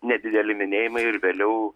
nedideli minėjimai ir vėliau